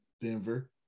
Denver